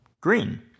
green